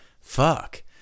Fuck